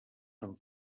amb